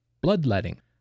bloodletting